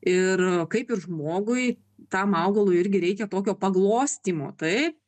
ir kaip ir žmogui tam augalui irgi reikia tokio paglostymo taip